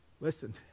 listen